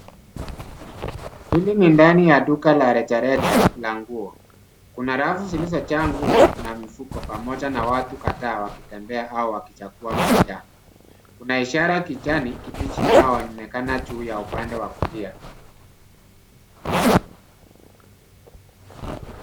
Hili ni ndani ya duka la rejareja la nguo kuna rafu zilizojaa nguo na mifuko pamoja na watu kadhaa wakitembea au wakichagua bidhaa kuna ishara kijani kibichi inayoonekana juu ya upande wa kulia.